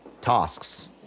tasks